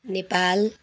Nepal